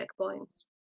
checkpoints